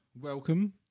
Welcome